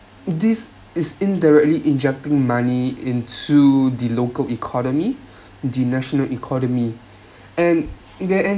this is indirectly injecting money into the local economy the national economy and